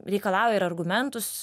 reikalauja ir argumentus